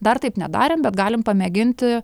dar taip nedarėm bet galim pamėginti